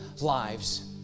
lives